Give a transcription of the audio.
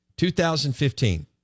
2015